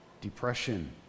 depression